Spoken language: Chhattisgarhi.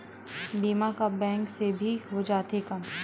बीमा का बैंक से भी हो जाथे का?